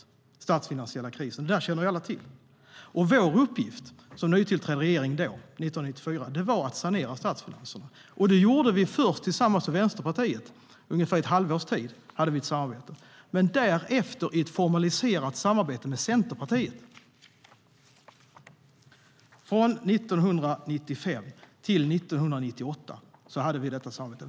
Alla känner till den statsfinansiella krisen. Vår uppgift som nytillträdd regering 1994 var att sanera statsfinanserna. Det gjorde vi först tillsammans med Vänsterpartiet. I ungefär ett halvårs tid hade vi ett samarbete. Men därefter hade vi ett formaliserat samarbete med Centerpartiet. Från 1995 till 1998 hade vi detta samarbete.